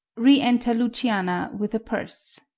re-enter luciana with a purse